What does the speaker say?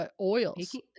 oils